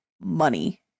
money